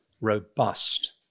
robust